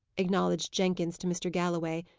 acknowledged jenkins to mr. galloway,